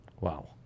Wow